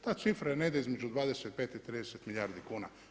Ta cifra je negdje između 25 i 30 milijardi kuna.